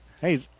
Hey